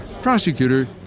Prosecutor